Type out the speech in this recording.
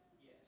Yes